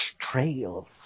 Trails